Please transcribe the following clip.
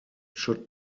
should